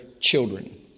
children